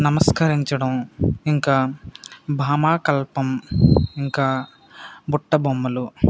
నమస్కరించడం ఇంకా భామాకల్పం ఇంకా బుట్ట బొమ్మలు